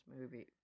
movie